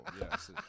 yes